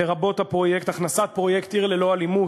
לרבות הכנסת פרויקט "עיר ללא אלימות"